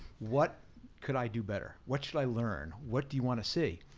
what could i do better? what should i learn? what do you want to see,